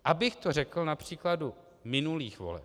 Abych to řekl na příkladu minulých voleb.